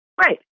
Right